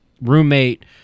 roommate